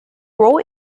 roll